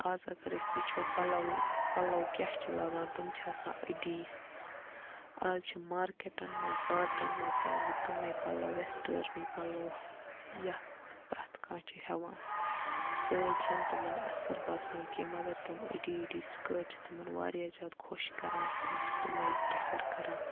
اَز اگر أسۍ وٕچھو پَلو پَلو کیٛاہ چھِ لاگان تِم چھِ آسان أڑی اَز چھِ مارکیٹَن منٛز بازرَن منٛز تہِ آمٕتۍ تِمَے پَلو وٮ۪سٹٲرنٕے پَلو یَتھ پرٛٮ۪تھ کانٛہہ چھِ ہٮ۪وان سٲڑۍ چھَنہٕ تِمَن اَصٕل باسان کینٛہہ مگر تِم أڑی أڑی سٕکٲٹ چھِ تِمَن واریاہ زیادٕ خۄش کَران تِم چھِ تٕمَے پرٛٮ۪فَر کَران